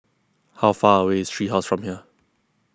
how far away is Tree House from here